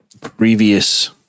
previous